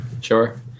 Sure